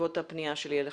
בעקבות הפנייה שלי אליכם.